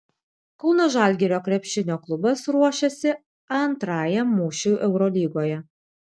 kauno žalgirio krepšinio klubas ruošiasi antrajam mūšiui eurolygoje